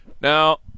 Now